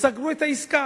וסגרו את העסקה,